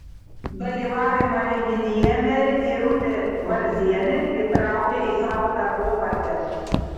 dalyvavimą renginyje merė irutė varzienė įtraukė į savo darbotvarkę